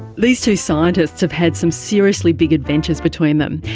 these two scientists have had some seriously big adventures between them.